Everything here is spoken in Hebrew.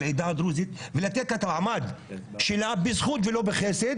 העדה הדרוזית ולתת לה את המעמד שלה בזכות ולא בחסד?